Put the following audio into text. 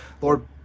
Lord